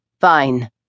Fine